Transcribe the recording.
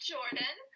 Jordan